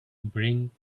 bring